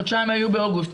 חודשיים היו באוגוסט.